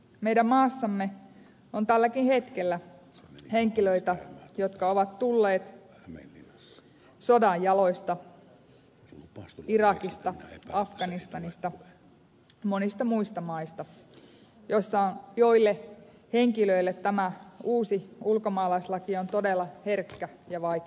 meidän maassamme on tälläkin hetkellä henkilöitä jotka ovat tulleet sodan jaloista irakista afganistanista monista muista maista ja joille tämä uusi ulkomaalaislaki on todella herkkä ja vaikea asia